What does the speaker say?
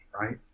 right